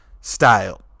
style